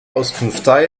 auskunftei